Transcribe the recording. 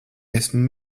esmu